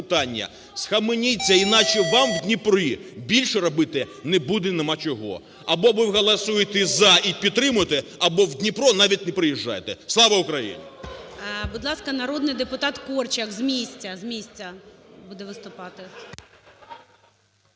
Схаменіться, иначе вам в Дніпрі більше робити не буде, нема чого. Або ви голосуєте "за" і підтримуєте, або в Дніпро навіть не приїжджайте. Слава Україні! ГОЛОВУЮЧИЙ. Будь ласка, народний депутат Корчик. З місця, з місця буде виступати.